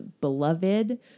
Beloved